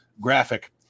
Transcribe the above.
graphic –